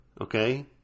okay